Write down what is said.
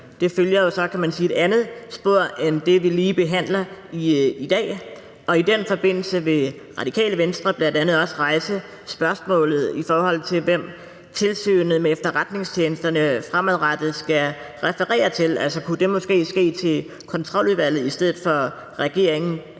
man sige, et andet spor end det, vi lige behandler i dag, og i den forbindelse vil Radikale Venstre bl.a. også rejse spørgsmålet om, hvem Tilsynet med Efterretningstjenesterne fremadrettet skal referere til – kunne det måske ske til Kontroludvalget i stedet for til regeringen,